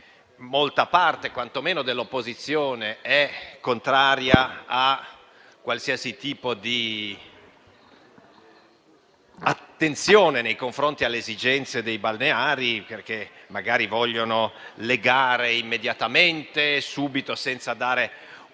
molta parte quantomeno dell'opposizione è contraria a qualsiasi tipo di attenzione nei confronti delle esigenze dei balneari, perché magari vogliono le gare immediatamente, senza dare il tempo a